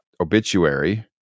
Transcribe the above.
obituary